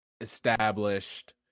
established